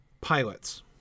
pilots